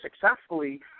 successfully